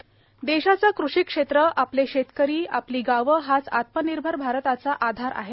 मन की बात देशाचं कृषी क्षेत्र आपले शेतकरी आपली गावं हाच आत्मनिर्भर भारताचा आधार आहेत